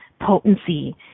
potency